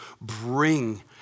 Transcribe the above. bring